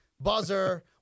Buzzer